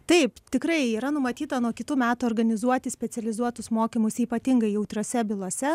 taip tikrai yra numatyta nuo kitų metų organizuoti specializuotus mokymus ypatingai jautriose bylose